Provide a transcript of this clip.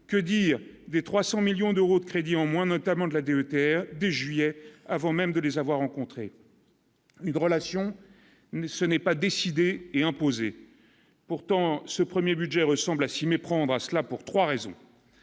que dire des 300 millions d'euros de crédit en moins, notamment de la DE Terre dès juillet avant même de les avoir rencontré une relation, mais ce n'est pas décidée et imposée, pourtant, ce 1er budget ressemble à s'y méprendre à cela pour 3 raisons